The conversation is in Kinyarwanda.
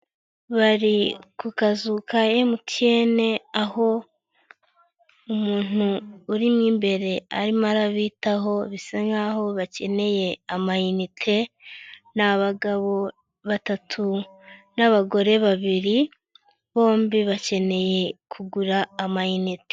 Bari ku kazu ka emutiyene aho umuntu uri mu imbere arimo arabitaho, bisa nk'aho bakeneye amayinite, ni abagabo batatu n'abagore babiri bombi bakeneye kugura amayinite.